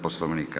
Poslovnika.